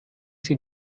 sie